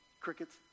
Crickets